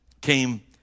came